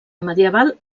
medieval